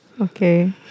Okay